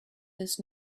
his